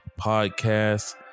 podcast